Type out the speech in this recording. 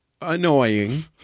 annoying